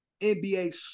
NBA